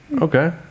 Okay